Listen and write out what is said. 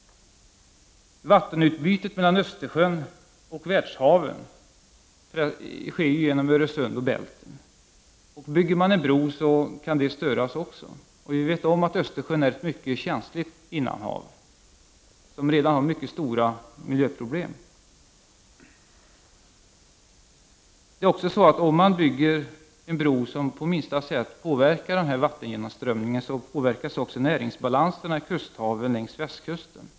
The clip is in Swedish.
Vattenutbytet mellan Östersjön och världshaven sker genom Öresund och Bälten, och bygger man en bro kan också det störas. Vi vet om att Östersjön är ett mycket känsligt innanhav, som redan har mycket stora miljöproblem. Det är också så att om man bygger en bro som på minsta sätt påverkar vattengenomströmningen, påverkas också näringsbalansen i kusthaven längs västkusten.